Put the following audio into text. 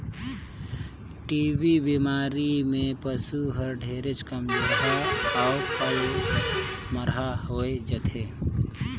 TB बेमारी में पसु हर ढेरे कमजोरहा अउ पलमरहा होय जाथे